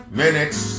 minutes